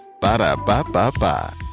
Ba-da-ba-ba-ba